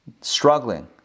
struggling